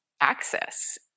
access